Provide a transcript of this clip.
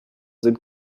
sind